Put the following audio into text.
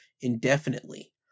indefinitely